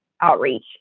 outreach